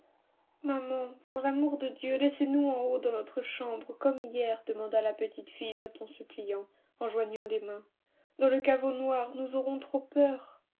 maman pour l'amour de dieu laissez-nous en haut dans notre chambre comme hier demanda la petite fille d'un ton suppliant en joignant les mains dans le caveau noir nous aurons trop peur